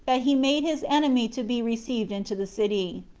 that he made his enemy to be received into the city.